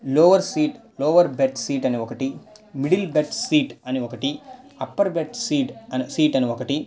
lower seat lower berth seat అని ఒకటి middle berth seat అని ఒకటి అప్పర్ బెర్త్ సీట్ సీట్ అని ఒకటి